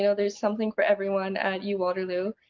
you know there's something for everyone at uwaterloo.